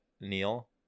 Neil